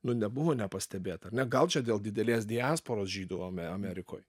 nu nebuvo nepastebėta ar ne gal čia dėl didelės diasporos žydų amerikoj